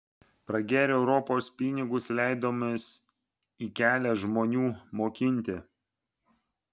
pragėrę europos pinigus leidomės į kelią žmonių mokinti